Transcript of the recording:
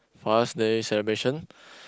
Father's-Day celebration